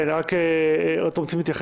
כן, רק אתם רוצים להתייחס?